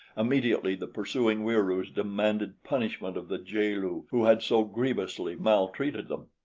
immediately the pursuing wieroos demanded punishment of the jaal-lu who had so grievously maltreated them.